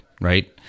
Right